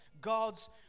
God's